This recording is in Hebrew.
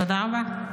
תודה רבה.